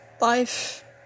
life